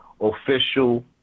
official